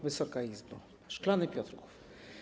Wysoka Izbo! Szklany Piotrków.